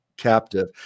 Captive